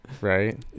Right